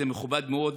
זה מכובד מאוד,